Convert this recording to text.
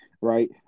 right